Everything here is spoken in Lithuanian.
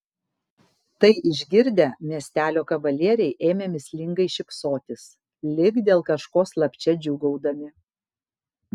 tai išgirdę miestelio kavalieriai ėmė mįslingai šypsotis lyg dėl kažko slapčia džiūgaudami